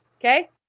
Okay